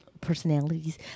Personalities